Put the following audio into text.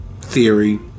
theory